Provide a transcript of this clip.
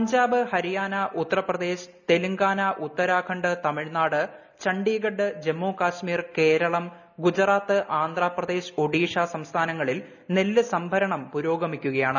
പഞ്ചാബ് ഹരിയാന ഉത്തർപ്രദേശ് തെലങ്കാന ഉത്തരാഖണ്ഡ് തമിഴ്നാട് ചണ്ഡിഗഡ് ജമ്മു കശ്മീർ കേരളം ഗുജറാത്ത് ആന്ധ്രാപ്രദേശ് ഒഡീഷ സംസ്ഥാനങ്ങളിൽ നെല്ലൂ സംഭരണം പുരോഗമിക്കുകയാണ്